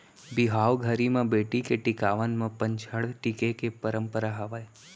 बिहाव घरी म बेटी के टिकावन म पंचहड़ टीके के परंपरा हावय